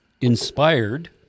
Inspired